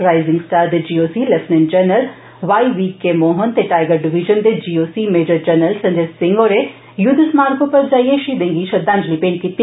rising star दे GOC lieutenant general Y V K Mohan ते tiger division दे GOC major general Sanjay Singh होरें युद्ध स्मारक उप्पर जाइयै षहीदें गी श्रद्धांजलि भेंट कीती